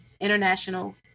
International